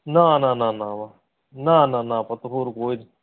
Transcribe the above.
ਨਾ ਨਾ ਨਾ ਨਾ ਨਾ ਨਾ ਨਾ ਪੁੱਤ ਹੋਰ ਕੋਈ